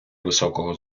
високого